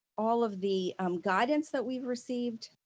all of the guidance that we've received,